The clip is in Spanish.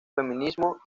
feminismo